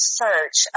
search